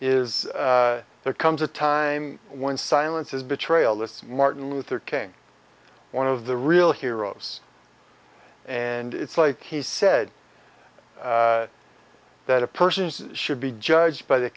is there comes a time when silence is betrayal this martin luther king one of the real heroes and it's like he said that a person's should be judged by the